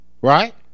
right